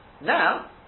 Now